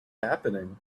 happening